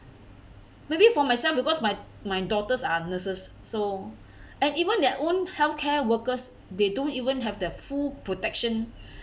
maybe for myself because my my daughters are nurses so and even their own healthcare workers they don't even have their full protection